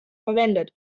verwendet